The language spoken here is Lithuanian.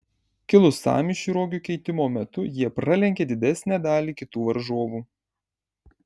kilus sąmyšiui rogių keitimo metu jie pralenkė didesnę dalį kitų varžovų